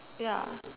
ya